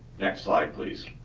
next slide, please.